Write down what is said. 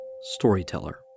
storyteller